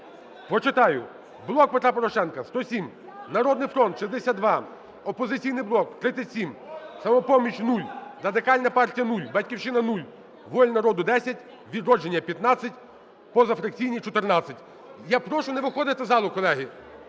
Почитаю: "Блок Петра Порошенка" – 107, "Народний фронт" – 62, "Опозиційний блок" – 37, "Самопоміч" – 0, Радикальна партія – 0, "Батьківщина" – 0, "Воля народу" – 10, "Відродження" – 15, позафракційні – 14. Я прошу не виходити із залу, колеги!